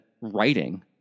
writing